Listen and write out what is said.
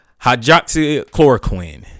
Hydroxychloroquine